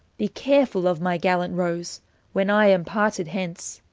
be carefull of my gallant rose when i am parted hence.